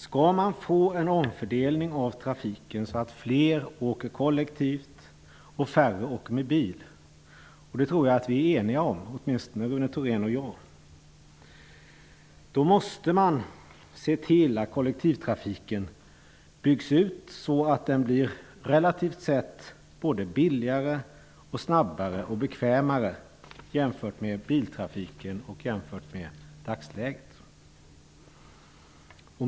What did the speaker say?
Skall vi få en omfördelning av trafiken så att fler åker kollektivt och färre åker bil -- och jag tror att vi är eniga om det, åtminstone Rune Thorén och jag -- måste vi se till att kollektivtrafiken byggs ut så att den relativt sett blir både billigare, snabbare och bekvämare jämfört med biltrafiken och jämfört med dagsläget.